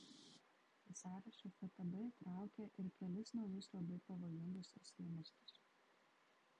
į sąrašą ftb įtraukė ir kelis naujus labai pavojingus islamistus